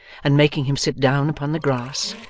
and making him sit down upon the grass,